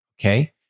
okay